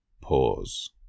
pause